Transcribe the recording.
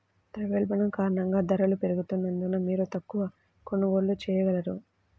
ద్రవ్యోల్బణం కారణంగా ధరలు పెరుగుతున్నందున, మీరు తక్కువ కొనుగోళ్ళు చేయగలరు